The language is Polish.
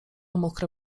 mokre